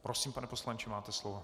Prosím, pane poslanče, máte slovo.